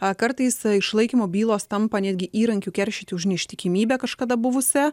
ar kartais išlaikymo bylos tampa netgi įrankiu keršyti už neištikimybę kažkada buvusią